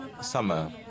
summer